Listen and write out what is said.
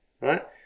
right